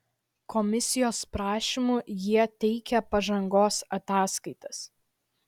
komisijos prašymu jie teikia pažangos ataskaitas